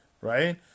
Right